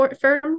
firm